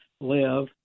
live